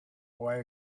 away